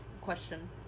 question